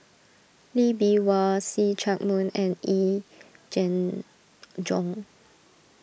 Lee Bee Wah See Chak Mun and Yee Jenn Jong